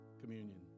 communion